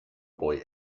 boy